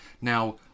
Now